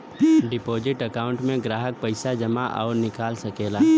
deposit account में ग्राहक पइसा जमा आउर निकाल सकला